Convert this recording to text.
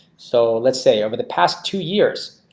so let's say over the past two years.